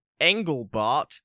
Engelbart